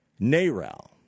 NARAL